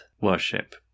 worship